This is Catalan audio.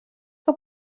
que